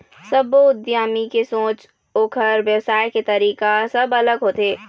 सब्बो उद्यमी के सोच, ओखर बेवसाय के तरीका सब अलग अलग होथे